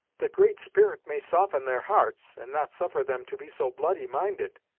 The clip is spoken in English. the great spirit may soften their hearts, and not suffer them to be so bloody minded.